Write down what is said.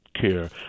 care